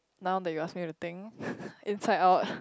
now then you ask me to think inside out